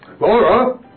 Laura